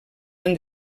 han